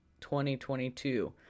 2022